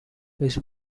his